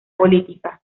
política